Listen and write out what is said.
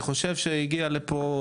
אני חושב שהגיע לפה,